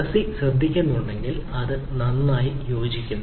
fuzzy ശ്രദ്ധിക്കുന്നുണ്ടെങ്കിൽ അത് നന്നായി യോജിക്കുന്നു